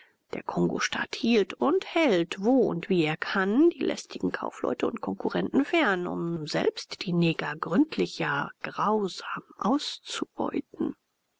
der kongostaat hielt und hält wo und wie er kann die lästigen kaufleute und konkurrenten fern um selbst die neger gründlich ja grausam auszubeuten